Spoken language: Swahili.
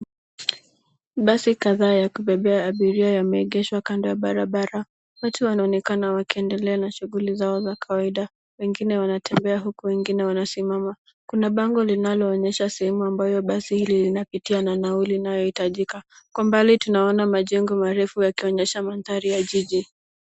Basi kadhaa ya kubebea abiria yameegeshwa kando ya barabara. Watu wanaonekana wakiendelea na shuguli zao za kawaida. Wengine wanatembea huku wengine wanasimama. Kuna bango linaloonyesha sehemu ambayo basi hili linapitia na nauli inayohitajika. Kwa mbali tunaona majengo marefu yakionyesha mandhari ya jiji.